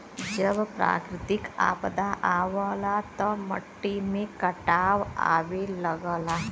जब प्राकृतिक आपदा आवला त मट्टी में कटाव आवे लगला